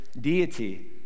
deity